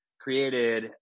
created